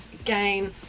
Again